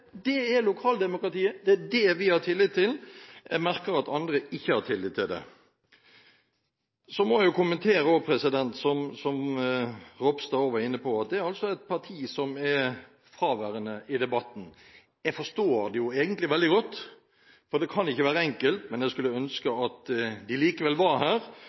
Det er lokaldemokratiet, og det er det vi har tillit til. Jeg merker at andre ikke har tillit til det. Jeg må kommentere – som Ropstad også var inne på – at det er ett parti som er fraværende i debatten. Jeg forstår det egentlig veldig godt, for det kan ikke være enkelt, men jeg skulle ønske at de likevel var her